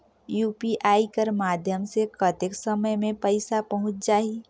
UPI कर माध्यम से कतेक समय मे पइसा पहुंच जाहि?